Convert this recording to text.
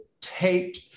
taped